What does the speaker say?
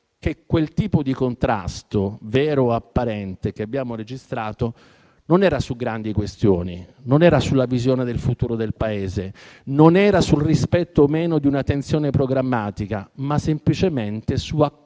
quel tipo di contrasto, vero o apparente, che abbiamo registrato non era su grandi questioni, non era sulla visione del futuro del Paese, non era sul rispetto o meno di una tensione programmatica, ma semplicemente su accordi